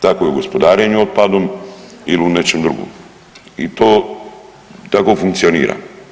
Tako je u gospodarenju otpadom ili u nečem drugom i to tako funkcionira.